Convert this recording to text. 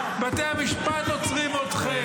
בתי המשפט עוצרים אתכם.